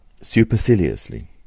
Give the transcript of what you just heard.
Superciliously